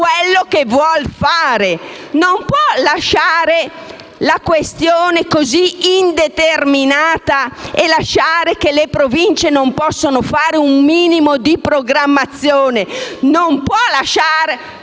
quello che vuol fare, non può lasciare la questione indeterminata e impedire alle Province di fare un minimo di programmazione. Non si può lasciare